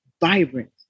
vibrant